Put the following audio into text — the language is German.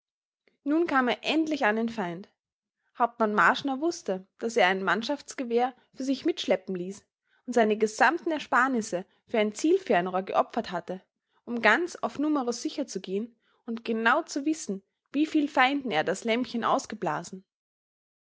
nun kam er endlich an den feind hauptmann marschner wußte daß er ein mannschaftsgewehr für sich mitschleppen ließ und seine gesamten ersparnisse für ein zielfernrohr geopfert hatte um ganz auf numero sicher zu gehen und genau zu wissen wie viel feinden er das lämpchen ausgeblasen